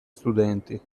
studenti